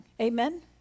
Amen